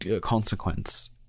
consequence